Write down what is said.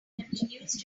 continues